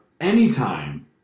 anytime